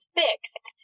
fixed